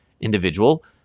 individual